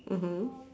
mmhmm